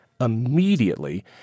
immediately